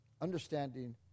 understanding